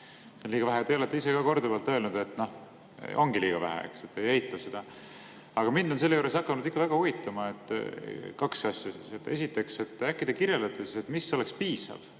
See on liiga vähe ja te olete ise ka korduvalt öelnud, et seda ongi liiga vähe. Te ei eita seda. Aga mind on selle juures hakanud väga huvitama kaks asja. Esiteks, äkki te kirjeldate, mis oleks piisav.